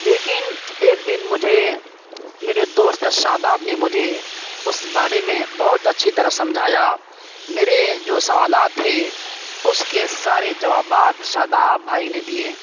لیکن ایک دن مجھے میرے دوست شاداب نے مجھے اس بارے میں بہت اچّھی طرح سمجھایا میرے جو سوالات تھے اس کے سارے جوابات شاداب بھائی نے دیے